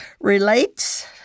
relates